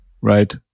Right